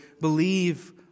believe